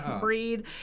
breed